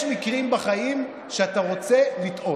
יש מקרים בחיים שאתה רוצה לטעות.